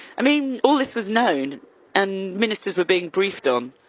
i mean, all this was known and ministers were being briefed on.